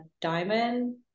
diamond